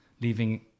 leaving